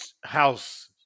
house